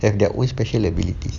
they have their own special abilities